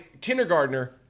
kindergartner